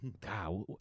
God